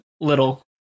little